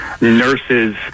nurses